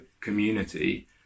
community